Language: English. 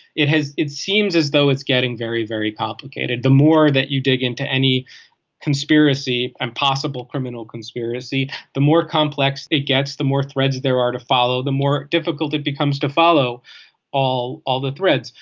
it has. it seems as though it's getting very very complicated the more that you dig into any conspiracy and possible criminal conspiracy the more complex it gets the more threads there are to follow. the more difficult it becomes to follow all all the threads.